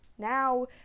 now